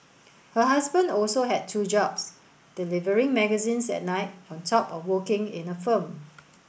her husband also had two jobs delivering magazines at night on top of working in a firm